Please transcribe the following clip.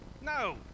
no